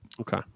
Okay